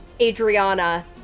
Adriana